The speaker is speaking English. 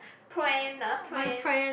prank lah prank